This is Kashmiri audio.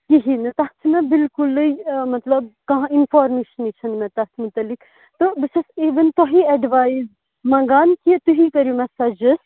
کِہیٖنۍ نہٕ تَتھ چھِ مےٚ بِلکُلٕے مطلب کانٛہہ اِنفارمیشنٕے چھِنہٕ مےٚ تَتھ متعلق تہٕ بہٕ چھَس اِوٕن تۄہہِ اٮ۪ڈوایِس منٛگان کہِ تُہی کٔرِو مےٚ سَجَسٹ